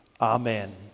Amen